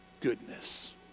goodness